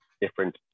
different